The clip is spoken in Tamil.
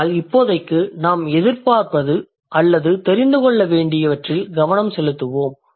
ஆனால் இப்போதைக்கு நாம் எதிர்பார்ப்பது அல்லது தெரிந்து கொள்ள வேண்டியவற்றில் கவனம் செலுத்துவோம்